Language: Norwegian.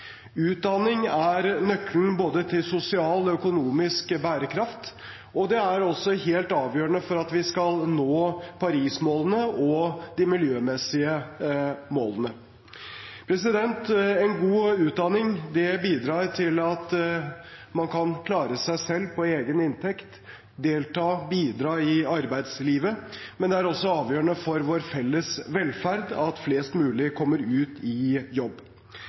Utdanning er nøkkelen til både sosial og økonomisk bærekraft, og det er også helt avgjørende for at vi skal nå Paris-målene og de miljømessige målene. En god utdanning bidrar til at man kan klare seg selv på egen inntekt, delta og bidra i arbeidslivet, men det er også avgjørende for vår felles velferd at flest mulig kommer ut i jobb.